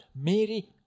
Mary